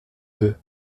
veux